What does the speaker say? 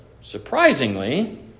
surprisingly